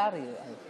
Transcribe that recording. השר איוב קרא.